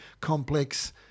complex